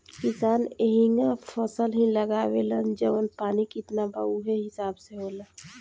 किसान एहींग फसल ही लगावेलन जवन पानी कितना बा उहे हिसाब से होला